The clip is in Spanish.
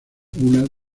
unas